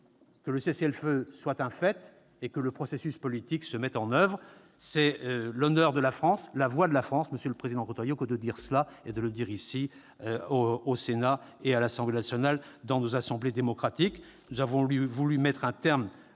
que le cessez-le-feu soit un fait et que le processus politique puisse se mettre en oeuvre. C'est l'honneur de la France, la voix de la France, monsieur le président Retailleau, que de dire cela et de le dire au Sénat et à l'Assemblée nationale, dans nos assemblées démocratiques. Nous avons voulu mettre un terme